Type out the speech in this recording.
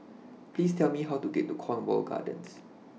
Please Tell Me How to get to Cornwall Gardens